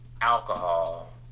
alcohol